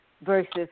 versus